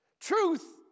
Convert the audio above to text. Truth